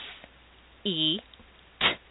s-e-t